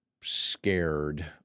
scared